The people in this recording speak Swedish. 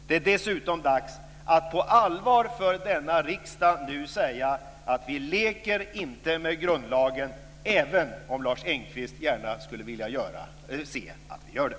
Det är dessutom dags för denna riksdag att nu på allvar säga: Vi leker inte med grundlagen, även om Lars Engqvist gärna skulle se att vi gör det.